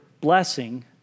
blessing